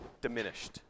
diminished